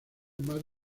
más